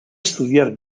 estudiar